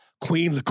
Queen